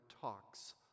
talks